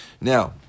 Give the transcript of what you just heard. Now